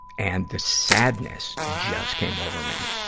and the sadness just came over me.